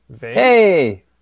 Hey